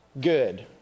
good